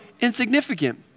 insignificant